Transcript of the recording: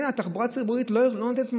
התחבורה הציבורית לא נותנת מענה,